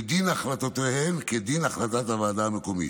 ודין החלטותיהן כדין החלטת הוועדה המקומית.